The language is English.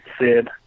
Sid